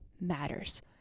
matters